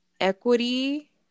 equity